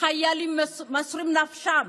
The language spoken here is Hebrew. החיילים מוסרים נפשם.